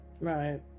right